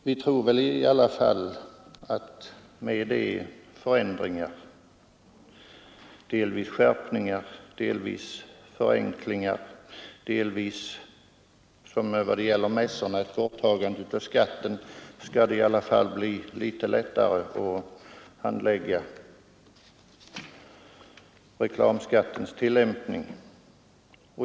Inom utskottsmajoriteten tror vi i alla fall att med de förändringar — dels skärpningar, dels förenklingar, dels också, som när det gäller mässorna, borttagande av skatten — skall det bli litet lättare att handlägga reklamskattens tillämpning.